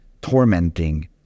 tormenting